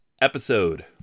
episode